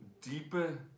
deeper